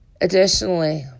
Additionally